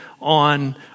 on